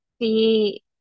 see